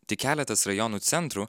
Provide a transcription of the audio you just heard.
tik keletas rajonų centrų